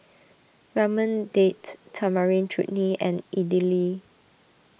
Ramen Date Tamarind Chutney and Idili